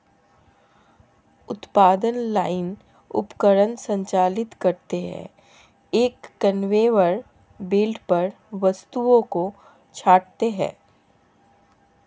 उत्पादन लाइन उपकरण संचालित करते हैं, एक कन्वेयर बेल्ट पर वस्तुओं को छांटते हैं